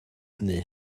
hynny